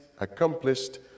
accomplished